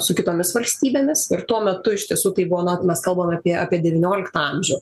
su kitomis valstybėmis ir tuo metu iš tiesų taip buvo na mes kalbame apie apie devynioliktą amžių